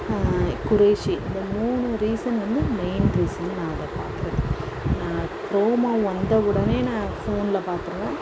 குறைஷி இந்த மூனு ரீசன் வந்து மெயின் ரீசன் நான் அதை பார்க்குறதுக்கு நான் ப்ரோமோ வந்த உடனே நான் போனில் பார்த்துருவேன்